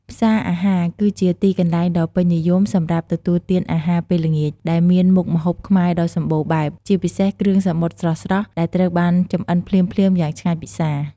ផ្សារអាហារគឺជាទីកន្លែងដ៏ពេញនិយមសម្រាប់ទទួលទានអាហារពេលល្ងាច ដែលមានមុខម្ហូបខ្មែរដ៏សម្បូរបែប ជាពិសេសគ្រឿងសមុទ្រស្រស់ៗ ដែលត្រូវបានចម្អិនភ្លាមៗយ៉ាងឆ្ងាញ់ពិសា។